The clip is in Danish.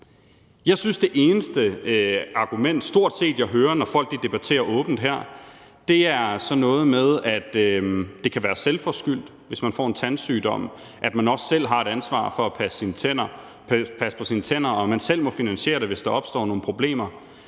set det eneste argument, jeg hører, når folk debatterer åbent her, er sådan noget med, at det kan være selvforskyldt, hvis man får en tandsygdom, at man også selv har et ansvar for at passe på sine tænder, og at man selv må finansiere det, hvis der opstår nogle problemer.